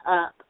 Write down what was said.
up